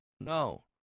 No